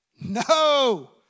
No